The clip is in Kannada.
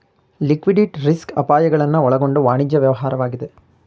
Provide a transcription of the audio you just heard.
ಲಿಕ್ವಿಡಿಟಿ ರಿಸ್ಕ್ ಅಪಾಯಗಳನ್ನು ಒಳಗೊಂಡ ವಾಣಿಜ್ಯ ವ್ಯವಹಾರವಾಗಿದೆ